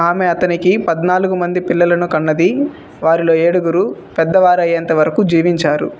ఆమె అతనికి పద్నాలుగు మంది పిల్లలను కన్నది వారిలో ఏడుగురు పెద్దవారయ్యేంత వరకు జీవించారు